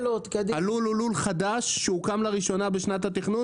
הלול הוא לול חדש שהוקם לראשונה בשנת התכנון,